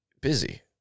busy